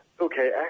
Okay